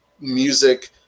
music